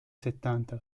settanta